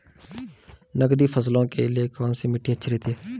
नकदी फसलों के लिए कौन सी मिट्टी अच्छी रहती है?